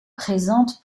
présentent